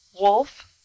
Wolf